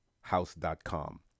House.com